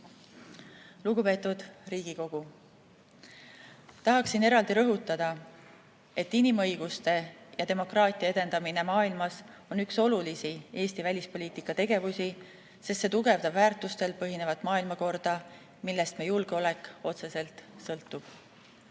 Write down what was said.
Lugupeetud Riigikogu! Tahaksin eraldi rõhutada, et inimõiguste ja demokraatia edendamine maailmas on üks olulisi Eesti välispoliitika tegevusi, sest see tugevdab väärtustel põhinevat maailmakorda, millest me julgeolek otseselt sõltub.